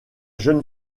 jeune